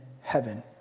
heaven